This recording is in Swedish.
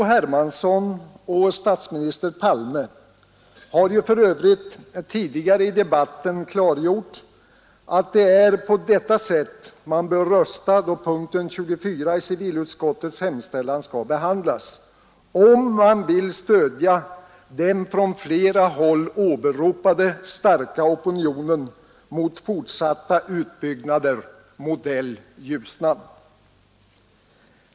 Hermansson och statsminister Palme har ju för övrigt 15 december 1972 tidigare i debatten klargjort att det är på detta sätt man bör rösta då — punkten 24 i civilutskottets hemställan skall behandlas, om man vill stödja den från flera håll åberopade starka opinionen mot fortsatta utbyggnader, modell Ljusnan.